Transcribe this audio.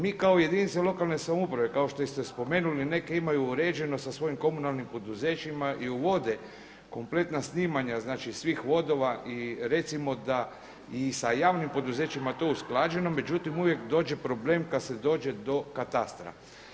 Mi kao jedinice lokalne samouprave kao što ste spomenuli neke imaju uređeno sa svojim komunalnim poduzećima i uvode kompletna snimanja svih vodova i recimo da i sa javnim poduzećima to usklađeno, međutim uvijek dođe problem kada se dođe do katastra.